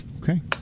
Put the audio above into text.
Okay